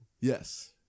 Yes